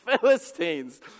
Philistines